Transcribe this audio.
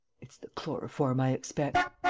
it's the chloroform, i expect.